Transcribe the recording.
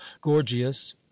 gorgias